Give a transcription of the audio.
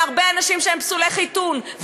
הרבה אנשים הם פסולי חיתון,